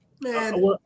man